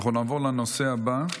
נעבור לנושא הבא,